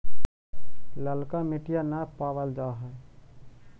ललका मिटीया न पाबल जा है?